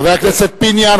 חבר הכנסת פיניאן,